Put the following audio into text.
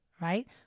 right